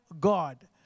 God